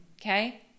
okay